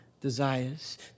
desires